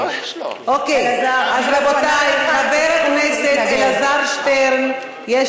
אלעזר, אני מעבירה לך את הזכות להתנגד.